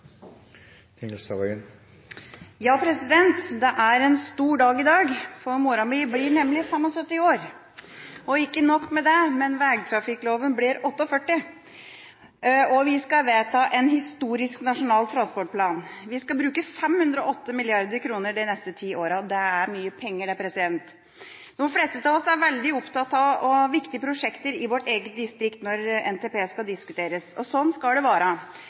dag, for moren min blir nemlig 75 år. Og ikke nok med det: Vegtrafikkloven blir 48. Og vi skal vedta en historisk nasjonal transportplan. Vi skal bruke 508 mrd. kr de neste ti åra. Det er mye penger. De fleste av oss er veldig opptatt av viktige prosjekter i vårt eget distrikt når NTP skal diskuteres. Sånn skal det være.